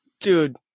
dude